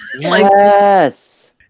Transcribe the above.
Yes